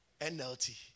NLT